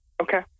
Okay